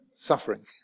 suffering